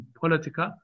politica